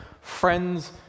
friends